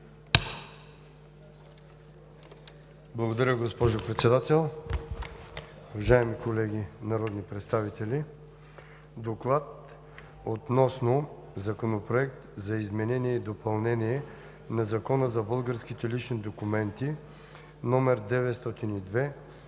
Благодаря, госпожо Председател. Уважаеми колеги народни представители! „ДОКЛАД относно Законопроект за изменение и допълнение на Закона за българските лични документи, №